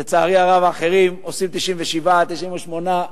לצערי הרב, האחרים עושים 97% 98%,